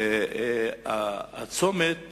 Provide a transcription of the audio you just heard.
הצומת